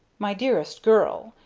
my dearest girl,